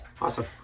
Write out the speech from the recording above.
awesome